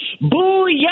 Booyah